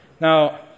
Now